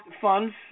funds